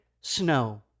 snow